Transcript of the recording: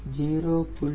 0